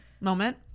moment